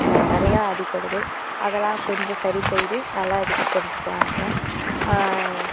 நிறையா அடிப்படுது அதெல்லாம் கொஞ்சம் சரி செய்து நல்லா அதுக்கு கொண்டு போகலான்னு நெனைக்கிறேன்